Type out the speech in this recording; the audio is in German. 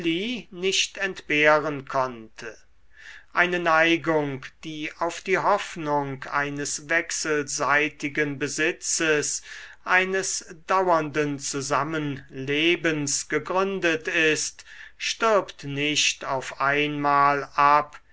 nicht entbehren konnte eine neigung die auf die hoffnung eines wechselseitigen besitzes eines dauernden zusammenlebens gegründet ist stirbt nicht auf einmal ab